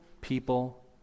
people